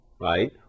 right